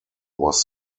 was